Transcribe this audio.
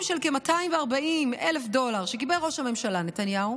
של כ-240,000 דולר שקיבל ראש הממשלה נתניהו